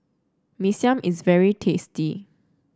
Mee Siam is very tasty